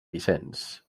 vicenç